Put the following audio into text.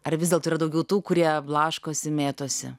ar vis dėlto yra daugiau tų kurie blaškosi mėtosi